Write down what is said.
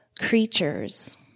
creatures